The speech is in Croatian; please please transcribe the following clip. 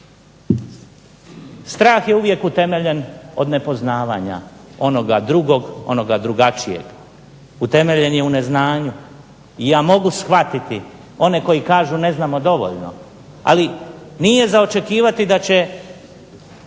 Strah je uvijek utemeljen od nepoznavanja onoga drugog, onoga drugačijeg, utemeljen je u neznanju. I ja mogu shvatiti one koji kažu ne znamo dovoljno, ali nije za očekivati da će